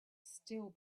still